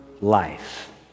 life